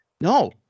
no